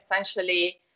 essentially